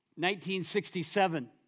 1967